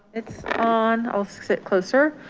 it's on. i'll sit closer.